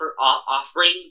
offerings